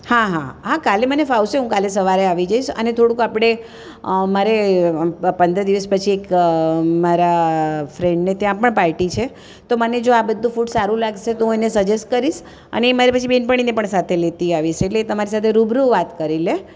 હા હા હા હા કાલે મને ફાવશે હું કાલે સવારે આવી જઈશ અને થોડુંક આપણે મારે પંદર દિવસ પછી એક મારા ફ્રેન્ડને ત્યાં પણ પાર્ટી છે તો મને જો આ બધું ફૂડ સારું લાગશે તો હું એને સજેસ કરીશ અને એ મારે પછી બહેનપણીને પણ સાથે લેતી આવીશ એટલે એ તમારી સાથે રૂબરૂ વાત કરી લે